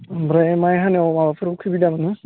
ओमफ्राय माइ हानायाव माबाफोर असुबिदा मोनो